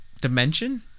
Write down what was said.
dimension